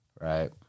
Right